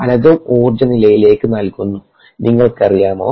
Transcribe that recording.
പലതും ഊർജ്ജ നിലയിലേക്ക് നല്കുന്നു നിങ്ങൾക്കറിയാമോ